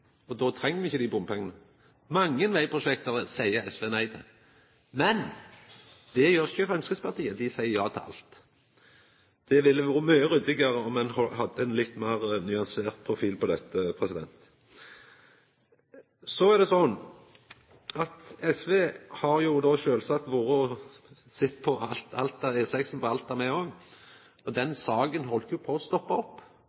og då treng me ikkje dei bompengane. Mange vegprosjekt seier SV nei til, men det gjer ikkje Framstegspartiet, dei seier ja til alt. Det ville vore mykje ryddigare om ein hadde hatt ein litt meir nyansert profil på dette. Så er det sånn at SV sjølvsagt òg har sett på E6 i Alta. Den saka heldt på å stoppa opp.